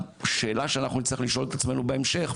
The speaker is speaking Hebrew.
השאלה שאנחנו נצטרך לשאול את עצמנו בהמשך,